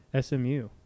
SMU